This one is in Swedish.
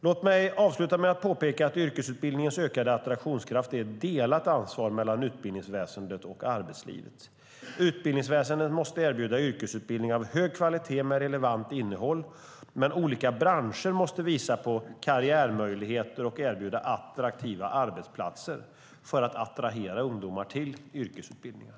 Låt mig avsluta med att påpeka att yrkesutbildningens ökade attraktionskraft är ett delat ansvar mellan utbildningsväsendet och arbetslivet. Utbildningsväsendet måste erbjuda yrkesutbildning av hög kvalitet med relevant innehåll, och olika branscher måste visa på karriärmöjligheter och erbjuda attraktiva arbetsplatser för att attrahera ungdomar till yrkesutbildningar.